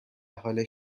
حال